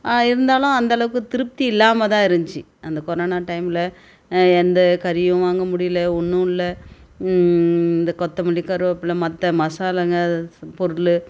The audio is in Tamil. இருந்தாலும் அந்தளவுக்குத் திருப்தி இல்லாமல் தான் இருந்துச்சி அந்த கொரோனா டைமில் எந்த கறியும் வாங்க முடியல ஒன்றும் இல்லை இந்த கொத்தமல்லி கருவேப்பிலை மற்ற மசாலாங்க பொருள்